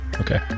okay